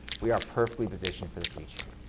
we are perfectly positioned for the future.